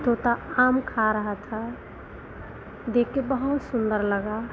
तोता आम खा रहा था देखकर बहुत सुन्दर लगा